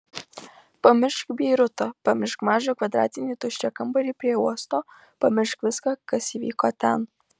pamiršk beirutą pamiršk mažą kvadratinį tuščią kambarį prie uosto pamiršk viską kas įvyko ten